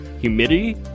humidity